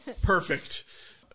perfect